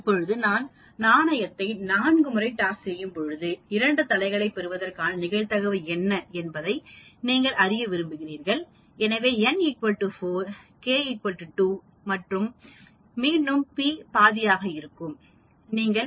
இப்போது நான் நாணயத்தை 4 முறை டாஸ் செய்யும் போது 2 தலைகளைப் பெறுவதற்கான நிகழ்தகவு என்ன என்பதை நீங்கள் அறிய விரும்புகிறீர்கள்எனவே n 4 k 2 மற்றும் மீண்டும் p பாதியாக இருக்கும் நீங்கள் 4